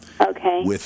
Okay